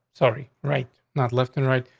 sorry. right? not left and right.